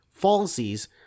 falsies